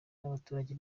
n’abaturage